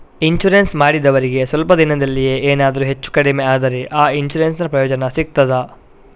Insurance ಮಾಡಿದವರಿಗೆ ಸ್ವಲ್ಪ ದಿನದಲ್ಲಿಯೇ ಎನಾದರೂ ಹೆಚ್ಚು ಕಡಿಮೆ ಆದ್ರೆ ಆ ಇನ್ಸೂರೆನ್ಸ್ ನ ಪ್ರಯೋಜನ ಸಿಗ್ತದ?